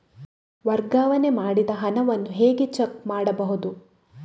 ವರ್ಗಾವಣೆ ಮಾಡಿದ ಹಣವನ್ನು ಹೇಗೆ ಚೆಕ್ ಮಾಡುವುದು?